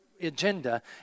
agenda